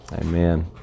Amen